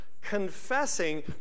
confessing